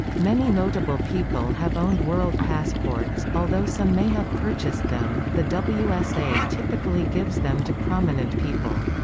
many notable people have owned world passports. although some may have purchased them, the wsa typically gives them to prominent people.